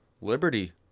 liberty